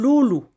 Lulu